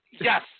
Yes